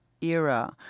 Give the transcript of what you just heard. era